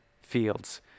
fields